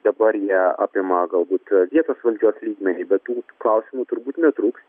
dabar jie apima galbūt vietos valdžios lygmenį bet tų klausimų turbūt netrūks